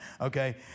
Okay